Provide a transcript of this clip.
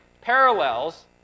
parallels